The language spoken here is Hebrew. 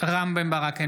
רם בן ברק,